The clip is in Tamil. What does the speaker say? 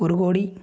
ஒரு கோடி